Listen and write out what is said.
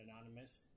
anonymous